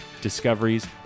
discoveries